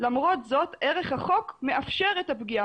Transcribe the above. למרות זאת ערך החוק מאפשר את הפגיעה,